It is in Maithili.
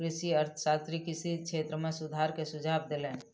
कृषि अर्थशास्त्री कृषि क्षेत्र में सुधार के सुझाव देलैन